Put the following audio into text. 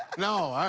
no.